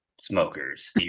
smokers